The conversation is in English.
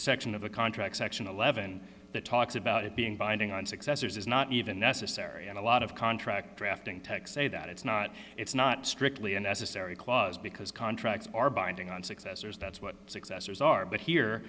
section of the contract section eleven that talks about it being binding on successors is not even necessary and a lot of contract drafting techs say that it's not it's not strictly a necessary clause because contracts are binding on successors that's what successors are but here